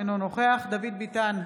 אינו נוכח דוד ביטן,